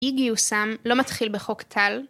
אי גיוסם לא מתחיל בחוק טל.